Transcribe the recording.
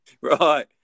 Right